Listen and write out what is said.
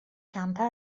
کمتر